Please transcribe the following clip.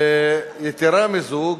ויתירה מזו,